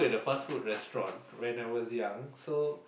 fast food restaurants when I was young so